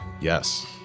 Yes